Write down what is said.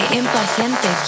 impaciente